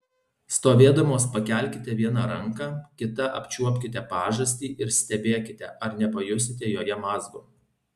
stovėdamos pakelkite vieną ranką kita apčiuopkite pažastį ir stebėkite ar nepajusite joje mazgo